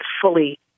fully